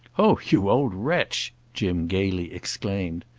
oh you old wretch! jim gaily exclaimed.